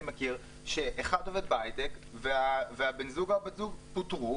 מכיר שאחד עובד בהיי-טק ובן הזוג פוטר,